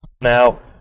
Now